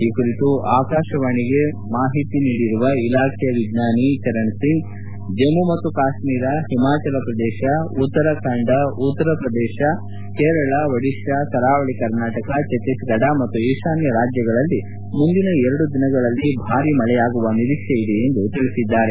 ಈ ಕುರಿತು ಆಕಾಶವಾಣಿಯೊಂದಿಗೆ ಪ್ರತಿಕ್ರಿಯಿಸಿರುವ ಇಲಾಖೆಯ ವಿಜ್ಞಾನಿ ಚರಣ್ ಸಿಂಗ್ ಜಮ್ಮ ಮತ್ತು ಕಾಶ್ನೀರ ಹಿಮಾಚಲ ಪ್ರದೇಶ ಉತ್ತರಾಖಂಡ ಉತ್ತರ ಶ್ರದೇಶ ಕೇರಳ ಒಡಿತಾ ಕರಾವಳಿ ಕರ್ನಾಟಕ ಛತ್ತೀಸ್ ಗಢ ಮತ್ತು ಈಶಾನ್ಯ ರಾಜ್ಯಗಳಲ್ಲಿ ಮುಂದಿನ ಎರಡು ದಿನಗಳಲ್ಲಿ ಭಾರೀ ಮಳೆಯಾಗುವ ನಿರೀಕ್ಷೆ ಇದೆ ಎಂದಿದ್ದಾರೆ